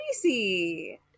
crazy